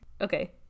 Okay